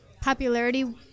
popularity